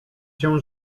się